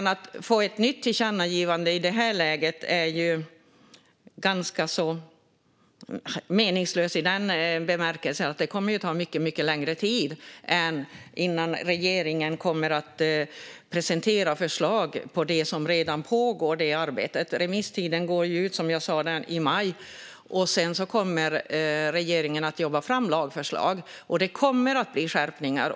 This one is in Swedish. Att göra ett tillkännagivande i detta läge är ganska meningslöst i den bemärkelsen att det då kommer att ta mycket längre tid innan regeringen kommer med förslag. Det pågår redan ett arbete, och remisstiden går som sagt ut i maj. Därefter kommer regeringen att arbeta fram lagförslag, och det kommer att bli skärpningar.